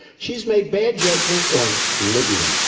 she's made bad judgements on libya,